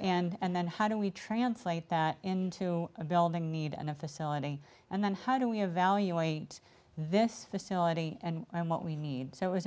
and then how do we translate that into a building need and a facility and then how do we evaluate this facility and what we need so it was